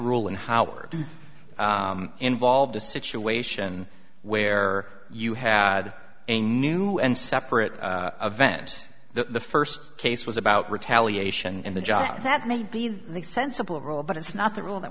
rule and howard involved a situation where you had a new and separate event the first case was about retaliation and the job that may be the sensible rule but it's not the rule that